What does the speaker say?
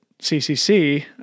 CCC